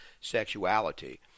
sexuality